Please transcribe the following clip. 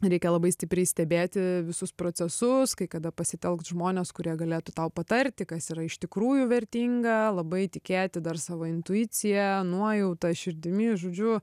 reikia labai stipriai stebėti visus procesus kai kada pasitelkt žmones kurie galėtų tau patarti kas yra iš tikrųjų vertinga labai tikėti dar savo intuicija nuojauta širdimi žodžiu